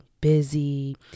busy